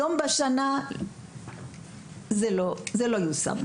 יום בשנה לא יושם.